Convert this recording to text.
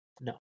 No